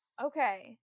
okay